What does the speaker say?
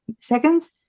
seconds